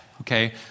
Okay